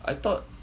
I thought